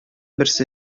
берсе